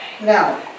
Now